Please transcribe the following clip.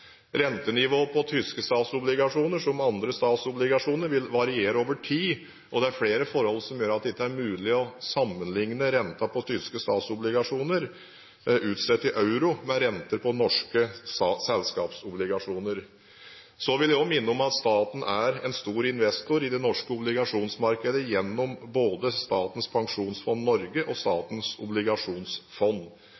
på tyske statsobligasjoner, som andre statsobligasjoner, vil variere over tid, og det er flere forhold som gjør at det ikke er mulig å sammenligne renten på tyske statsobligasjoner utstedt i euro med rentene på norske selskapsobligasjoner. Så vil jeg også minne om at staten er en stor investor i det norske obligasjonsmarkedet gjennom både Statens pensjonsfond Norge og